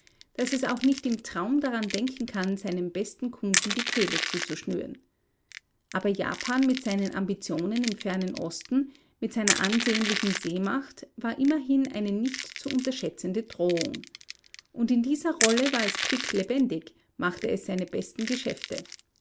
daß es auch nicht im traum daran denken kann seinem besten kunden die kehle zuzuschnüren aber japan mit seinen ambitionen im fernen osten mit seiner ansehnlichen seemacht war immerhin eine nicht zu unterschätzende drohung und in dieser rolle war es quicklebendig machte es seine besten geschäfte